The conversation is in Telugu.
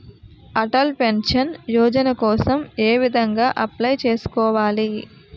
అటల్ పెన్షన్ యోజన కోసం ఏ విధంగా అప్లయ్ చేసుకోవాలి?